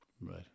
Right